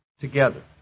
Together